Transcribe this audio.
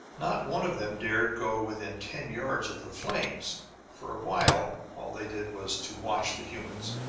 not one of them dared go within ten yards of the flames for a while, all they did was to watch the humans.